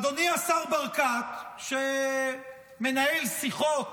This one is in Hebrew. אדוני השר ברקת, שמנהל שיחות